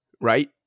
right